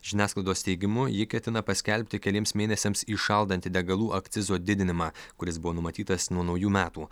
žiniasklaidos teigimu ji ketina paskelbti keliems mėnesiams įšaldanti degalų akcizo didinimą kuris buvo numatytas nuo naujų metų